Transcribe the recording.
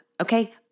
okay